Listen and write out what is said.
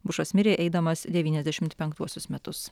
bušas mirė eidamas devyniasdešimt penktuosius metus